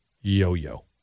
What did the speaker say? yo-yo